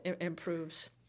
improves